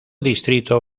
distrito